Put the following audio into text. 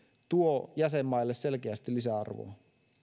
tuo jäsenmaille selkeästi lisäarvoa